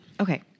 Okay